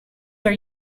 are